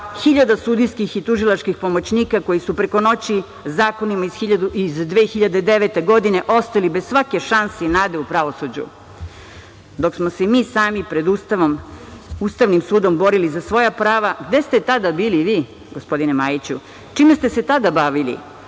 hiljada sudijskih i tužilačkih pomoćnika koji su preko noći zakonima iz 2009. godine ostali bez svake šanse i nade u pravosuđu. Dok smo se mi sami pred Ustavnim sudom borili za svoja prava, gde ste tada bili vi, gospodine Majiću? Čime ste se tada bavili?